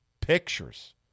pictures